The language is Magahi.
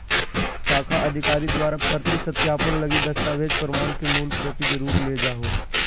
शाखा अधिकारी द्वारा प्रति सत्यापन लगी दस्तावेज़ प्रमाण के मूल प्रति जरुर ले जाहो